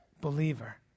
believer